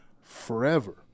forever